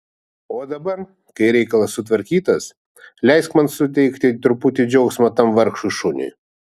o dabar kai reikalas sutvarkytas leisk man suteikti truputį džiaugsmo tam vargšui šuniui